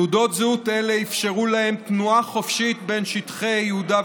תעודות זהות אלה אפשרו להם תנועה חופשית בין שטחי יהודה,